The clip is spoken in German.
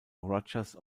rogers